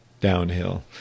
downhill